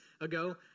ago